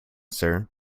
sir